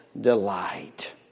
delight